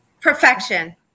Perfection